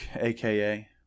aka